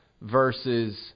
versus –